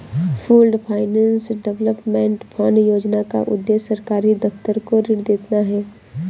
pooled finance development fund योजना का उद्देश्य सरकारी दफ्तर को ऋण देना है